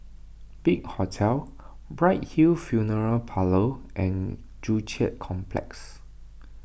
Big Hotel Bright Hill Funeral Parlour and Joo Chiat Complex